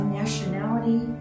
nationality